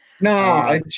no